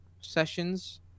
sessions